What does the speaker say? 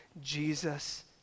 Jesus